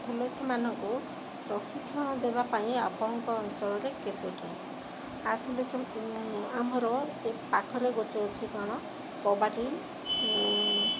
ଆଥଲେଟମାନଙ୍କୁ ପ୍ରଶିକ୍ଷଣ ଦେବା ପାଇଁ ଆପଣଙ୍କ ଅଞ୍ଚଳରେ କେତେଟା ଆଥଲେଟ ଆମର ସେ ପାଖରେ ଗୋଟେ ଅଛି କଣ କବାଡ଼ି